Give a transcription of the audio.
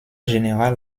général